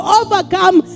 overcome